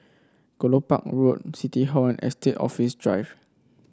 Kelopak Road City Hall and Estate Office Drive